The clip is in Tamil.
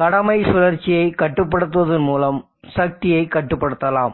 கடமை சுழற்சியைக் கட்டுப்படுத்துவதன் மூலம் சக்தியைக் கட்டுப்படுத்தலாம்